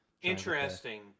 interesting